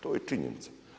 To je činjenica.